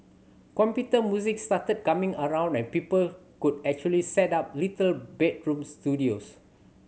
computer music started coming around and people could actually set up little bedroom studios